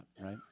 right